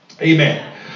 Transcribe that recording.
Amen